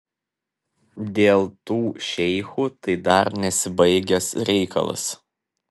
dėl tų šeichų tai dar nesibaigęs reikalas